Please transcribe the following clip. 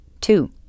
Two